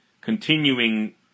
Continuing